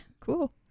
cool